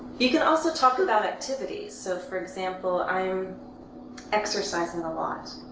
you can also talk about activities, so, for example, i'm exercising a lot.